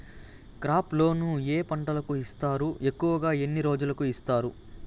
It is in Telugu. క్రాప్ లోను ఏ పంటలకు ఇస్తారు ఎక్కువగా ఎన్ని రోజులకి ఇస్తారు